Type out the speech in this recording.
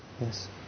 Yes